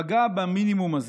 פגע במינימום הזה.